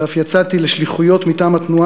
ואף יצאתי לשליחויות מטעם התנועה